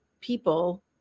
people